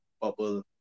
bubble